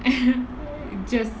just